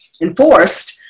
enforced